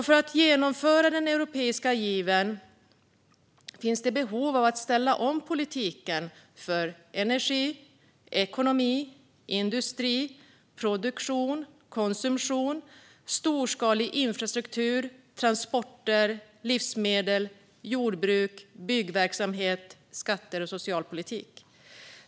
För att genomföra den europeiska gröna given finns det behov av att ställa om politiken för energi, ekonomi, industri, produktion, konsumtion, storskalig infrastruktur, transporter, livsmedel, jordbruk, byggverksamhet, skatter och socialpolitik.